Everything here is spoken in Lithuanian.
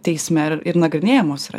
teisme ir ir nagrinėjamos yra